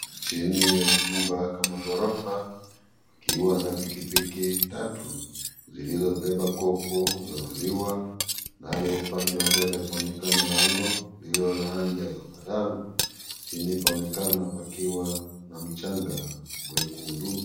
Chini ya jumba kama ghorofa kukiwa na pikipiki tatu zilizobeba kopo za maziwa nayo upande wa mbele paonekana lango lililo la rangi ya zambarau chini paonekana pakiwa na mchanga mwekundu.